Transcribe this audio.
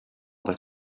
that